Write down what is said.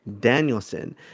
Danielson